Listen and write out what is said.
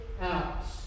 out